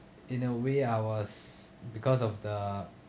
in a way I was because of the